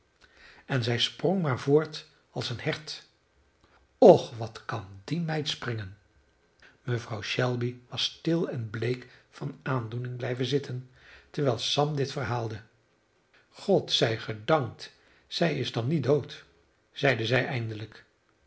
en zij sprong maar voort als een hert och wat kan die meid springen mevrouw shelby was stil en bleek van aandoening blijven zitten terwijl sam dit verhaalde god zij gedankt zij is dan niet dood zeide zij eindelijk